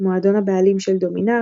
מועדון הבעלים של דומינאר,